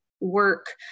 work